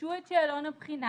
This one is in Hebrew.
כשתפגשו את שאלון הבחינה